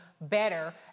better